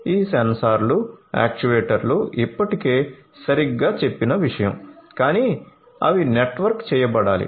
ఈ సెన్సార్లు యాక్యుయేటర్లు ఇప్పటికే సరిగ్గా చెప్పిన విషయం కానీ అవి నెట్వర్క్ చేయబడాలి